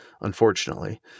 unfortunately